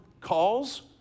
calls